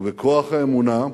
ובכוח האמונה,